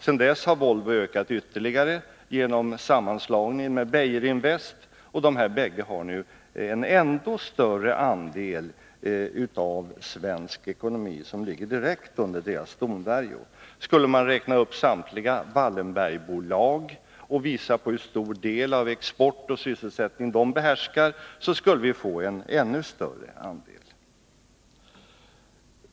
Sedan dess har AB Volvo ökat ytterligare genom sammanslagningen med Beijerinvest AB, och de här bägge företagen har nu en ännu större andel av svensk ekonomi, och därtill en andel som ligger direkt under företagens domvärjo. Skulle man räkna upp samtliga Wallenbergbolag och visa hur stor del av export och sysselsättning de behärskar, skulle vi få en ännu större andel.